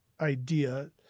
idea